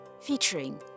featuring